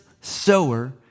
sower